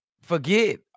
forget